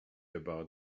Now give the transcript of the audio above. about